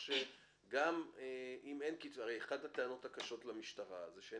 הרי אחת הטענות הקשות כלפי המשטרה שעוד